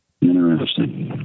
Interesting